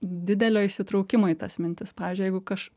didelio įsitraukimo į tas mintis pavyzdžiui jeigu kaž